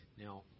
Now